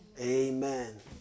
Amen